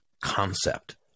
concept